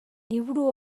liburu